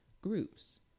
groups